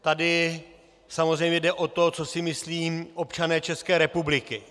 Tady samozřejmě jde o to, co si myslí občané České republiky.